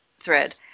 thread